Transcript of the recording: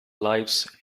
lives